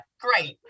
great